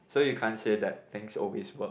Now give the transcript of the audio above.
so you can't say that things always work